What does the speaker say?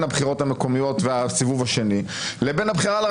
הבחירות המקומיות והסיבוב השני לבין הבחירה לרבנות.